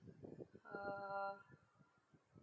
uh